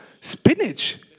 Spinach